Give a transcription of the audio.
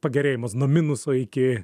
pagerėjimas nuo minuso iki